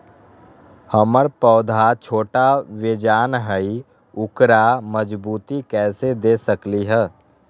हमर पौधा छोटा बेजान हई उकरा मजबूती कैसे दे सकली ह?